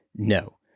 No